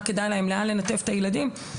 להיכן כדאי להם לנתב את הילדים,